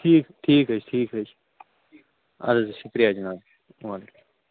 ٹھیٖک ٹھیٖک حظ چھُ ٹھیٖک حظ چھُ اَدٕ حظ شُکریہِ جِناب